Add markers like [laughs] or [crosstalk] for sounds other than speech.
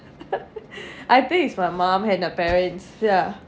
[laughs] I think it's my mom and her parents ya